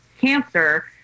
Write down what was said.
cancer